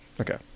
Okay